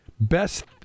Best